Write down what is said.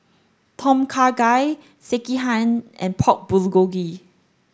Tom Kha Gai Sekihan and Pork Bulgogi